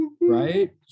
right